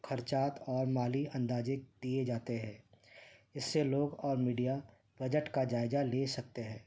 خرچات اور مالی اندازے کیے جاتے ہیں اس سے لوگ اور میڈیا بجٹ کا جائزہ لے سکتے ہیں